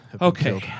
Okay